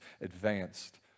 advanced